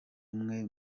umwe